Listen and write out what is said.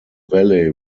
valley